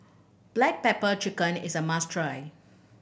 black pepper chicken is a must try